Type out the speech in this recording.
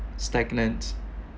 stagnant